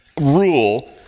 rule